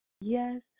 Yes